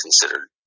considered